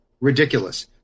ridiculous